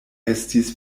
estis